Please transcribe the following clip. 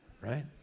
right